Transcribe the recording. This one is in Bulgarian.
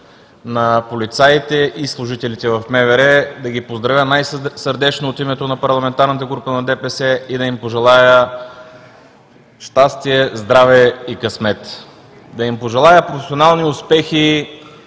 на полицаите и служителите в МВР, позволете ми да ги поздравя най сърдечно от името на парламентарната група на ДПС и да им пожелая щастие, здраве и късмет, да им пожелая професионални успехи